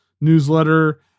newsletter